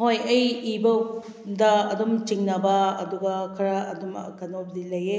ꯍꯣꯏ ꯑꯩ ꯏꯕꯥ ꯗ ꯑꯗꯨꯝ ꯆꯤꯡꯅꯕ ꯑꯗꯨꯒ ꯈꯔ ꯑꯗꯨꯝ ꯀꯩꯅꯣꯕꯨꯗꯤ ꯂꯩꯌꯦ